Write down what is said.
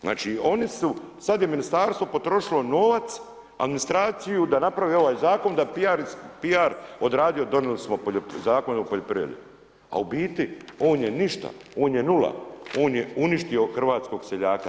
Znači oni su, sad je ministarstvo potrošilo novac, administraciju da napravi ovaj zakon, da PR odradi jer donijeli smo Zakon o poljoprivredi a u biti on je ništa, on je nula, on je uništio hrvatskog seljaka.